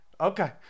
Okay